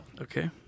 Okay